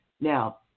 Now